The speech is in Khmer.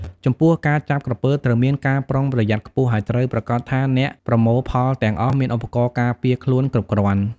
ចំពោះការចាប់ក្រពើត្រូវមានការប្រុងប្រយ័ត្នខ្ពស់ ហើយត្រូវប្រាកដថាអ្នកប្រមូលផលទាំងអស់មានឧបករណ៍ការពារខ្លួនគ្រប់គ្រាន់។